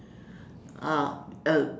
ah uh